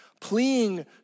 pleading